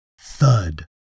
thud